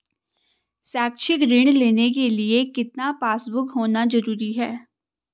शैक्षिक ऋण लेने के लिए कितना पासबुक होना जरूरी है?